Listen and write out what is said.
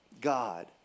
God